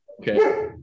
Okay